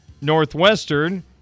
Northwestern